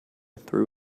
threw